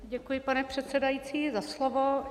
Děkuji, pane předsedající, za slovo.